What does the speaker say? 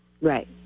right